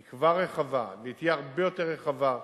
היא כבר רחבה, והיא תהיה הרבה יותר רחבה,